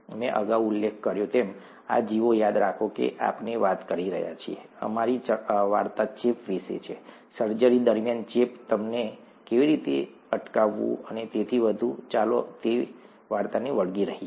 મેં અગાઉ ઉલ્લેખ કર્યો છે તેમ આ જીવો યાદ રાખો કે આપણે વાત કરી રહ્યા છીએ અમારી વાર્તા ચેપ વિશે છે સર્જરી દરમિયાન ચેપ તેમને કેવી રીતે અટકાવવું અને તેથી વધુ ચાલો તે વાર્તાને વળગી રહીએ